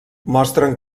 mostren